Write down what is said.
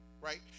Right